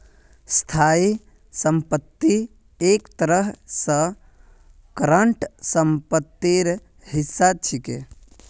स्थाई संपत्ति एक तरह स करंट सम्पत्तिर हिस्सा छिके